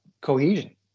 cohesion